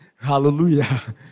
Hallelujah